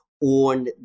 on